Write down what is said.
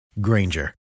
Granger